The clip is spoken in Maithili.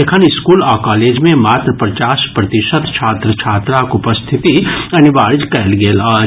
एखन स्कूल आ कॉलेज मे मात्र पचास प्रतिशत छात्र छात्राक उपस्थिति अनिवार्य कयल गेल अछि